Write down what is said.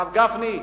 הרב גפני,